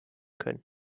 können